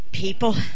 people